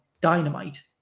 Dynamite